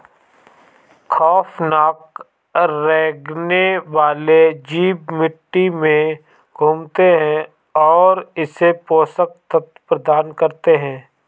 खौफनाक रेंगने वाले जीव मिट्टी में घूमते है और इसे पोषक तत्व प्रदान करते है